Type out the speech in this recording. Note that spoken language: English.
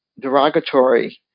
derogatory